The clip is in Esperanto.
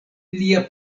lia